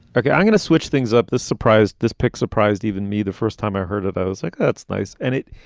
okay, i'm going to switch things up. this surprised this pic surprised even me. the first time i heard it, i was like, that's nice. and it